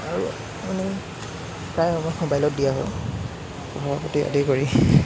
আৰু এনেই প্ৰায় সময় ম'বাইলক দিয়া হয় পঢ়া পাতি আদি কৰি